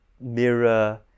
mirror